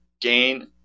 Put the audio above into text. gain